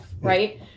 right